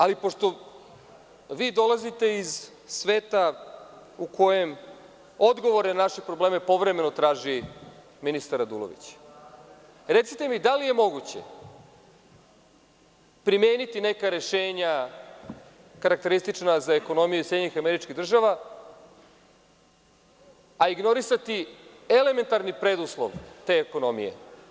Ali, pošto vi dolazite iz sveta u kojem odgovore na naše probleme povremeno traži ministar Radulović, recite mi da li je moguće primeniti neka rešenja karakteristična za ekonomiju SAD, a ignorisati elementarni preduslov te ekonomije?